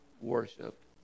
worship